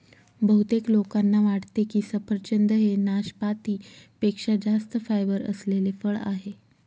बहुतेक लोकांना वाटते की सफरचंद हे नाशपाती पेक्षा जास्त फायबर असलेले फळ आहे